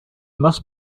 must